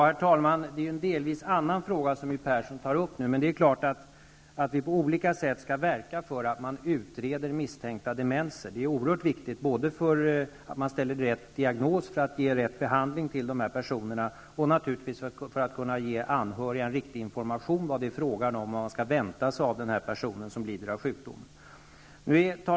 Herr talman! Det är en delvis annan fråga som My Persson tar upp. Men det är klart att vi på olika sätt skall verka för att misstänkta demensfall utreds. Det är oerhört viktigt både för att kunna ställa rätt diagnos och kunna ge rätt behandling till dessa personer och naturligtvis för att kunna ge anhöriga riktig information om vad det är fråga om och vad som kan väntas av en person som lider av sjukdomen.